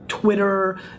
Twitter